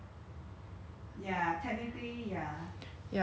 and since like 我们现在早上都没有东西吃 for like 早餐